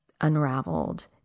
unraveled